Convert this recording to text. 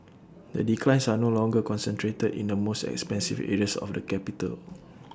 the declines are no longer concentrated in the most expensive areas of the capital